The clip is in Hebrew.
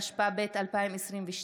התשפ"ב 2022,